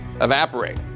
evaporate